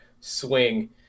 swing